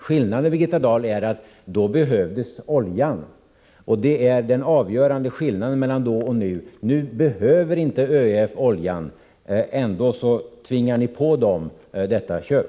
Den avgörande skillnaden mellan då och nu, Birgitta Dahl, är att då behövdes oljan. Nu behövs inte denna olja, och ändå tvingar ni på ÖEF detta köp.